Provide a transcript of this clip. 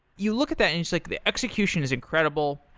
you look at that and it's like the execution is incredible.